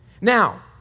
Now